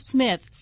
Smith